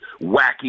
Wacky